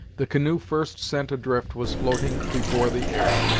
the canoe first sent adrift was floating before the air,